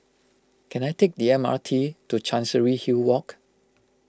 can I take the M R T to Chancery Hill Walk